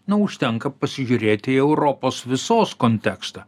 nu užtenka pasižiūrėti į europos visos kontekstą